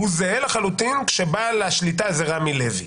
הוא זהה לחלוטין כשבעל השליטה זה רמי לוי.